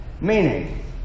Meaning